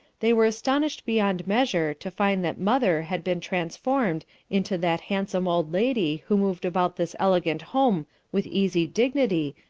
they were astonished beyond measure to find that mother had been transformed into that handsome old lady who moved about this elegant home with easy dignity,